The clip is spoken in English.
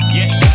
yes